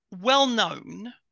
well-known